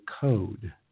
code